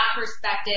perspective